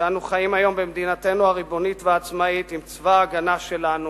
כשאנו חיים היום במדינתנו הריבונית והעצמאית עם צבא ההגנה שלנו,